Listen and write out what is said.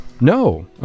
no